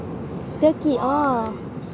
turkey oh